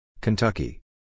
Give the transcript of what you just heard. Kentucky